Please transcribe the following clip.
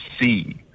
see